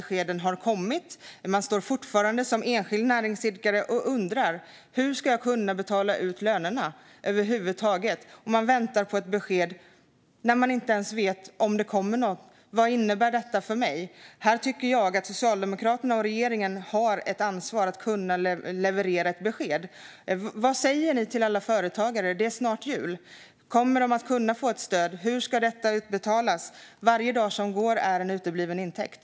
Enskilda näringsidkare undrar fortfarande hur de över huvud taget ska kunna betala ut lönerna. De väntar på besked. De vet inte ens om det kommer något besked och undrar: Vad innebär detta för mig? Jag tycker att Socialdemokraterna och regeringen har ansvar för att leverera ett besked. Vad säger ni till alla företagare, Anna-Caren Sätherberg? Det är snart jul. Kommer de att kunna få ett stöd? Hur ska det utbetalas? Varje dag som går innebär en utebliven intäkt.